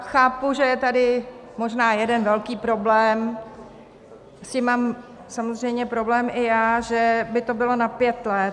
Chápu, že tady je možná jeden velký problém s tím mám samozřejmě problém i já že by to bylo na pět let.